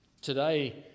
Today